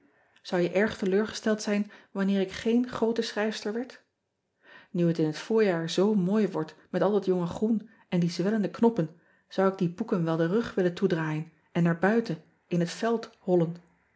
ou je erg teleurgesteld zijn wanneer ik geen groote schrijfster werd u het in het voorjaar zoo mooi wordt met al dat jonge groen en die zwellende knoppen zou ik die boeken wel den rug willen toedraaien en naar buiten in het veld hollen